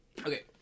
Okay